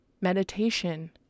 meditation